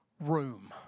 room